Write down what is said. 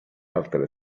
altre